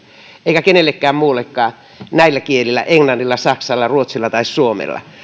eikä kenellekään muullekaan näillä kielillä englannilla saksalla ruotsilla tai